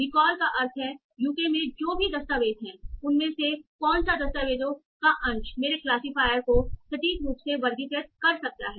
recall का अर्थ है कि यूके में जो भी दस्तावेज हैं उनमें से कौन सा दस्तावेजों का अंश मेरे क्लासिफायरियर को सटीक रूप से वर्गीकृत कर सकता है